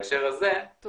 מילה אחרונה.